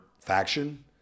faction